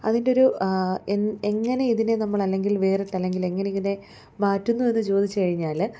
അതിൻറ്റൊരു എങ്ങനെ ഇതിനെ നമ്മള് അല്ലെങ്കിൽ വേറിട്ടല്ലെങ്കിൽ എങ്ങനെ ഇതിനെ മാറ്റുന്നു എന്ന് ചോദിച്ചുകഴിഞ്ഞാല്